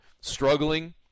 struggling